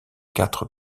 quatre